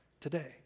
today